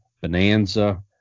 Bonanza